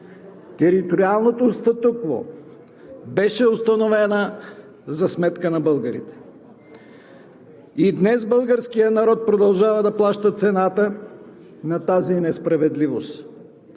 Териториалното статукво беше установено за сметка на българите. И днес българският народ продължава да плаща цената на тази несправедливост.